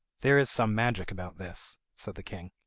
there is some magic about this said the king.